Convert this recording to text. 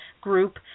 group